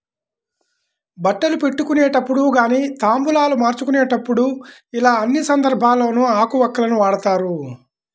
బట్టలు పెట్టుకునేటప్పుడు గానీ తాంబూలాలు మార్చుకునేప్పుడు యిలా అన్ని సందర్భాల్లోనూ ఆకు వక్కలను వాడతారు